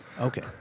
Okay